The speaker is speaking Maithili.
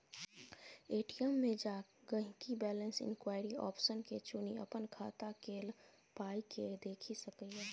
ए.टी.एम मे जा गांहिकी बैलैंस इंक्वायरी आप्शन के चुनि अपन खाता केल पाइकेँ देखि सकैए